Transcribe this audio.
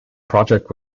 project